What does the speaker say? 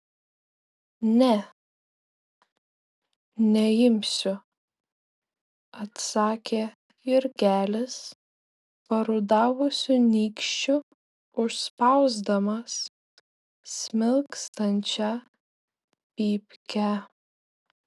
ne neimsiu atsakė jurgelis parudavusiu nykščiu užspausdamas smilkstančią pypkę